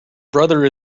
brother